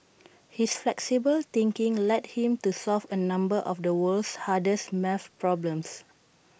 his flexible thinking led him to solve A number of the world's hardest math problems